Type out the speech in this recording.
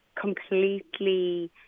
completely